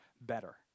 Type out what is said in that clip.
better